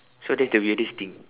so that's the weirdest thing